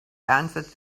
answered